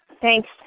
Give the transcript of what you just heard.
Thanks